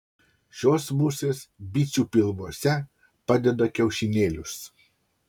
šios musės bičių pilvuose padeda kiaušinėlius